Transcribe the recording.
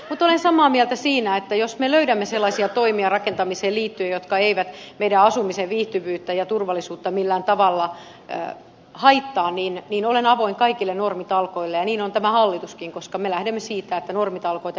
mutta olen samaa mieltä siitä että jos me löydämme rakentamiseen liittyen sellaisia toimia jotka eivät meidän asumisemme viihtyvyyttä ja turvallisuutta millään tavalla haittaa niin olen avoin kaikille normitalkoille ja niin on tämä hallituskin koska me lähdemme siitä että normitalkoita jatketaan